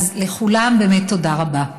לכולם באמת תודה רבה.